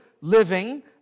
living